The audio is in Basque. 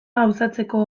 gauzatzeko